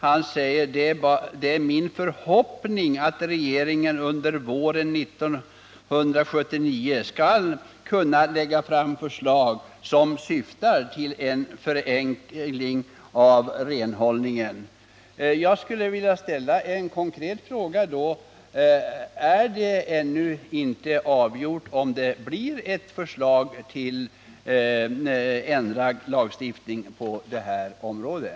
Han säger att det är hans förhoppning att regeringen under våren 1979 skall kunna lägga fram förslag som syftar till en förenkling av renhållningen. Jag skulle då vilja ställa en konkret fråga: Är det ännu inte avgjort om det blir ett förslag till ändrad lagstiftning på det här området?